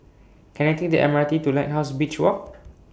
Can I Take The M R T to Lighthouse Beach Walk